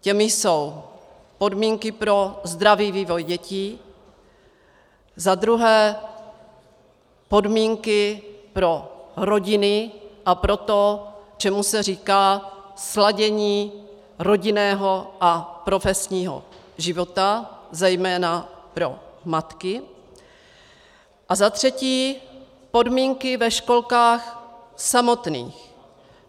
Těmi jsou podmínky pro zdravý vývoj dětí, za druhé podmínky pro rodiny a pro to, čemu se říká sladění rodinného a profesního života, zejména pro matky, a za třetí podmínky ve školkách samotných